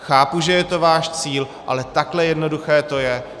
Chápu, že je to váš cíl, ale takhle jednoduché to je.